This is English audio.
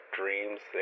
dreams